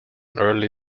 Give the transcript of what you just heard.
early